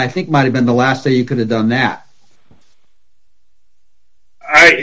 i think might have been the last thing you could have done that